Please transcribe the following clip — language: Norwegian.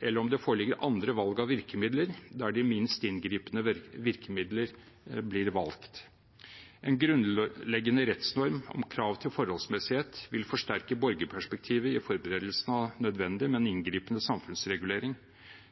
eller om det foreligger andre valg av virkemidler, der de minst inngripende virkemidler blir valgt. En grunnleggende rettsnorm om krav til forholdsmessighet vil forsterke borgerperspektivet i forberedelsen av nødvendig, men inngripende samfunnsregulering.